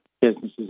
businesses